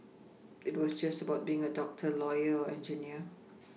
it was just about being a doctor lawyer or engineer